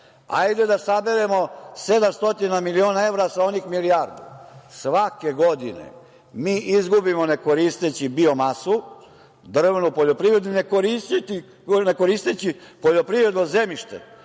sedam stotina miliona evra sa onih milijardu. Svake godine mi izgubimo ne koristeći biomasu, drvnu poljoprivredu, ne koristeći poljoprivredno zemljište